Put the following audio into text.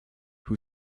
who